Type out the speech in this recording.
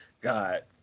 God